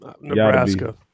Nebraska